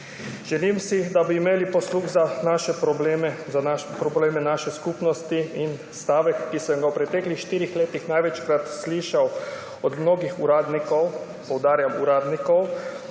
Želim si, da bi imeli posluh za naše probleme, za probleme naše skupnosti in da stavka, ki sem ga v preteklih štirih letih največkrat slišal od mnogih uradnikov, poudarjam, uradnikov,